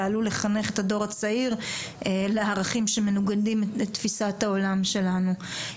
ועלול לחנך את הדור הצעיר לערכים שמנוגדים לתפיסת העולם שלנו.